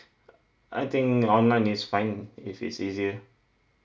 I think online is fine if it's easier